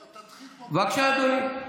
בבקשה, אדוני.